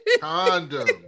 Condom